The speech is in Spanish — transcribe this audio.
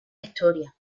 historia